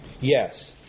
Yes